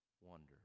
wonder